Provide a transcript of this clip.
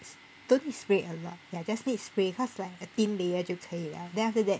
don't need to spray a lot ya just need spray cause like a thin layer 就可以了 then after that